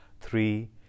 three